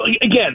Again